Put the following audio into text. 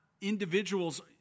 individuals